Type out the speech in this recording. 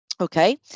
Okay